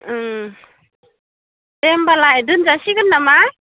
ओं दे होनबालाय दोनजासिगोन नामा